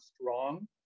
strong